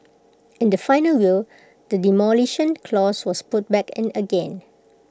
in the final will the Demolition Clause was put back in again